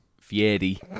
fieri